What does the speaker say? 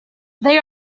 they